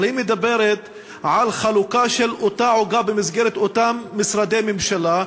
אבל היא מדברת על חלוקה של אותה עוגה במסגרת אותם משרדי ממשלה,